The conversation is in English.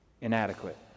inadequate